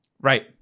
Right